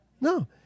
No